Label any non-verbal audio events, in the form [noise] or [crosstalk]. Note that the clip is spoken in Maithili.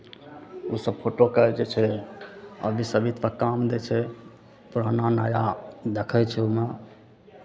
ओसभ फोटोके जे छै [unintelligible] मे काम दै छै पुराना नाया देखै छै ओ मे